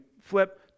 flip